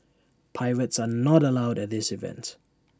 pirates are not allowed at this event